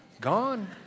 gone